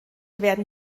werden